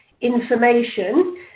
information